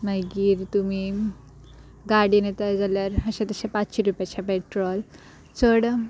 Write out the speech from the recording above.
मागीर तुमी गाडी येताय जाल्यार अशें तशें पांचशी रुपयांचे पेट्रोल चड